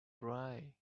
dry